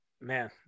man